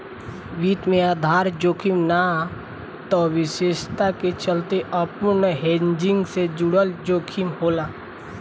वित्त में आधार जोखिम ना त विशेषता के चलते अपूर्ण हेजिंग से जुड़ल जोखिम होला